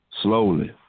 slowly